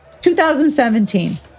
2017